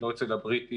לא אצל הבריטים,